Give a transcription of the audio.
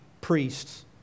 priests